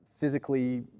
physically